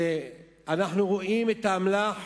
ואנחנו רואים את האמל"ח